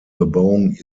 bebauung